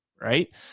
Right